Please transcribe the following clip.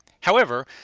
however.